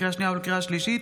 לקריאה שנייה ולקריאה שלישית,